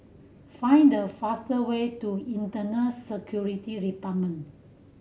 find the fast way to Internal Security Department